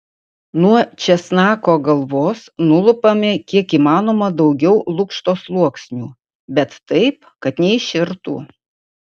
nuo česnako galvos nulupame kiek įmanoma daugiau lukšto sluoksnių bet taip kad neiširtų